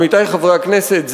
עמיתי חברי הכנסת,